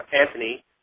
Anthony